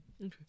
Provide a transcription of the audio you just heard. okay